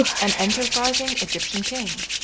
an enterprising egyptian king,